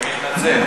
אני מתנצל.